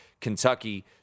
Kentucky